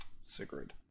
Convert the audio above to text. Sigrid